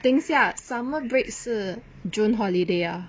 等一下 summer break 是 june holiday ah